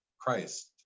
Christ